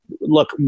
look